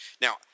Now